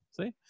see